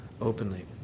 openly